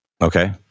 Okay